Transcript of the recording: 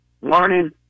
Morning